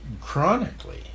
chronically